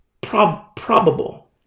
probable